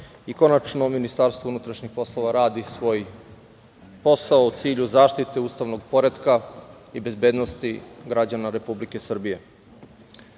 Konačno Ministarstvo unutrašnjih poslova radi svoj posao u cilju zaštite ustavnog poretka i bezbednosti građana Republike Srbije. Juče